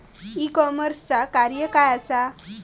E कॉमर्सचा कार्य काय असा?